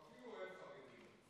אפילו חרדים.